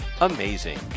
amazing